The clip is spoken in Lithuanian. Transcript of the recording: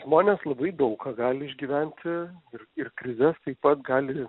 žmonės labai daug ką gali išgyventi ir ir krizes taip pat gali